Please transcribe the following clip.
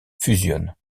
fusionnent